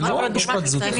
זה לא משפט זוטא.